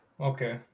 Okay